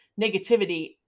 negativity